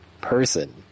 person